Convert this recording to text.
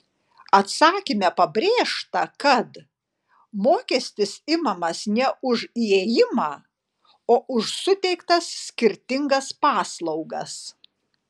atsakyme pabrėžta kad mokestis imamas ne už įėjimą o už suteiktas skirtingas paslaugas